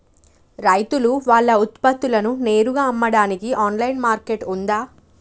రైతులు వాళ్ల ఉత్పత్తులను నేరుగా అమ్మడానికి ఆన్లైన్ మార్కెట్ ఉందా?